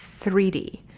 3D